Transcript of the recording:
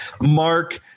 Mark